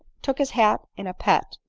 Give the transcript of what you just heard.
took his hat in a pet,